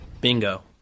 Bingo